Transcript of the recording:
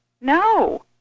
no